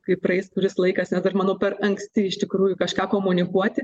kai praeis kuris laikas nes manau per anksti iš tikrųjų kažką komunikuoti